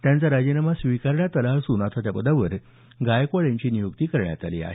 त्यांचा राजीनामा स्वीकारण्यात आला असून त्या पदावर आता गायकवाड यांची नियुक्ती करण्यात आली आहे